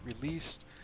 released